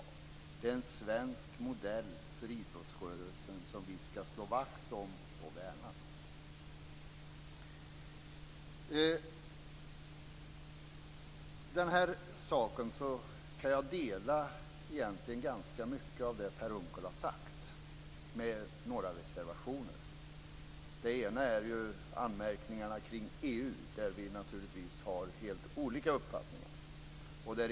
Det är en svensk modell för idrottsrörelsen som vi skall slå vakt om och värna. I denna fråga kan jag hålla med om ganska mycket av det Per Unckel har sagt, med några reservationer. Det ena är anmärkningarna kring EU, där vi naturligt har helt olika uppfattningar.